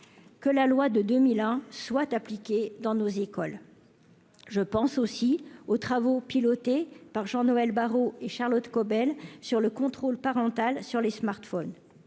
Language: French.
que la loi de 2001 soit appliquée dans nos écoles, je pense aussi aux travaux pilotés par Jean-Noël Barrot et Charlotte Caubel sur le contrôle parental sur les smartphones,